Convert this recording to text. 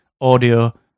audio